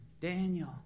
Daniel